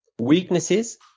weaknesses